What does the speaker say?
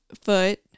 foot